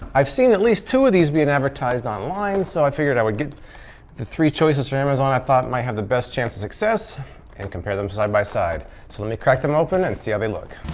i've seen at least two of these being advertised online so i figured i would get the three choices from amazon i thought might have the best chance of success and compare them side by side. so let me crack them open and see how they look.